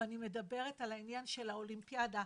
ואני מדבר על העניין של האולימפיאדה,